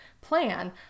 plan